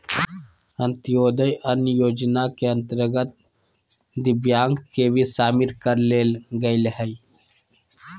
अंत्योदय अन्न योजना के अंतर्गत दिव्यांग के भी शामिल कर लेल गेलय हइ